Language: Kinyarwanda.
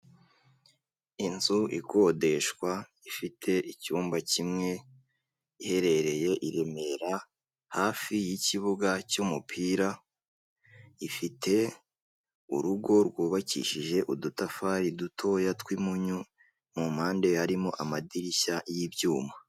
Inzu ikodeshwa, ifite icyumba kimwe, iherereye i Remera, hafi y'ikibuga cy'umupira, ifite urugo rwubakishije udutafari dutoya tw'impunyu, mu mpande harimo amadirishya y'ibyuma.